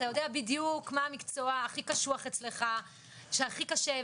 אתה יודע בדיוק מה המקצוע הכי קשוח אצלך שהכי קשה,